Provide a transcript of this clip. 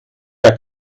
der